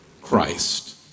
Christ